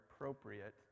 appropriate